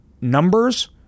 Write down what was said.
numbers